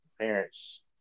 Parents